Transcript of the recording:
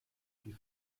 die